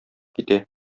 китә